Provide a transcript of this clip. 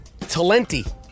Talenti